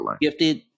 gifted